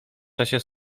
czasie